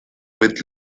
with